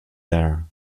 there